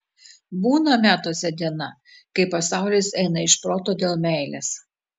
būna metuose diena kai pasaulis eina iš proto dėl meilės